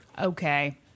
Okay